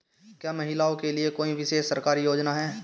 क्या महिलाओं के लिए कोई विशेष सरकारी योजना है?